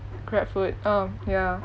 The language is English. grab food oh yeah